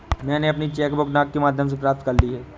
मैनें अपनी cheque book डाक के माध्यम से प्राप्त कर ली है